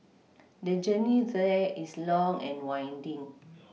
the journey there is long and winding